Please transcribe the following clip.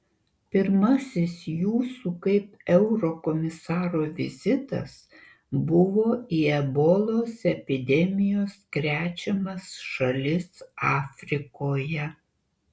pirmasis jūsų kaip eurokomisaro vizitas buvo į ebolos epidemijos krečiamas šalis afrikoje